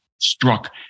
struck